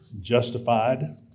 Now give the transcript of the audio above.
justified